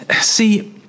See